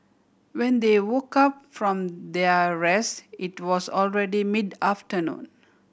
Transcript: when they woke up from their rest it was already mid afternoon